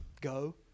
go